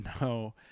no